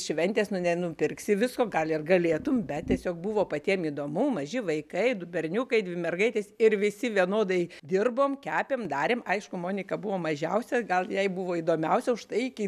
šventės nenupirksi visko gal ir galėtum bet tiesiog buvo patiem įdomu maži vaikai du berniukai dvi mergaitės ir visi vienodai dirbom kepėm darėm aišku monika buvo mažiausia gal jai buvo įdomiausia užtai kai